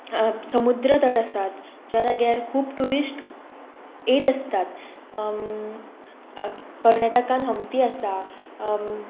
समुद्र तट आसात ज्या जाग्यार खूब टुरीस्ट येत आसतात कर्नाटकांत हाम्पी आसा